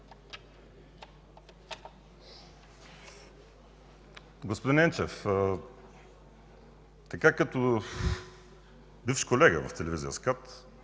Господин Енчев, така като бивш колега в телевизия СКАТ